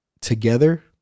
together